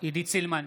עידית סילמן,